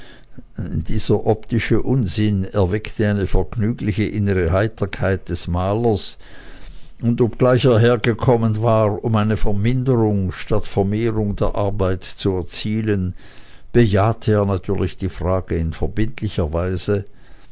dieser optische unsinn erweckte eine vergnügliche innere heiterkeit des malers und obgleich er hergekommen war um eine verminderung statt vermehrung der arbeit zu erzielen bejahte er natürlich die frage in verbindlicher weise